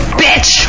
bitch